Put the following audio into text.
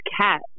cat